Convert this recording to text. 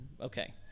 okay